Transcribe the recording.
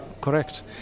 correct